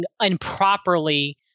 improperly